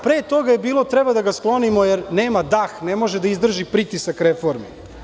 Pre toga je bilo, treba da ga sklonimo jer nema dah, ne može da izdrži pritisak reforme.